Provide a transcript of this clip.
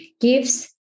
gives